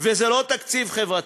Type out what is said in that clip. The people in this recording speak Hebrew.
וזה לא תקציב חברתי.